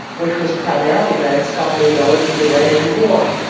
which was primarily based on the ability to wage war.